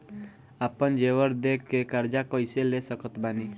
आपन जेवर दे के कर्जा कइसे ले सकत बानी?